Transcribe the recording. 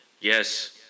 yes